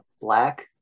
black